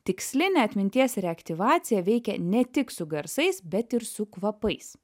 tikslinė atminties reaktyvacija veikia ne tik su garsais bet ir su kvapais